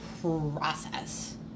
process